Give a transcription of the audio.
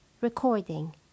Recording